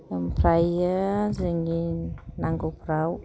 ओमफ्रायो जोंनि नांगौफ्राव